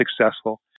successful